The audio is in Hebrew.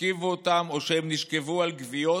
השכיבו אותם או שהם נשכבו על גוויות,